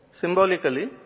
Symbolically